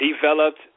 developed